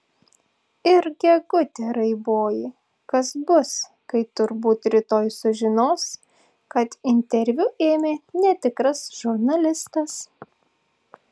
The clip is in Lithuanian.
ir gegute raiboji kas bus kai turbūt rytoj sužinos kad interviu ėmė netikras žurnalistas